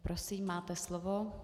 Prosím, máte slovo.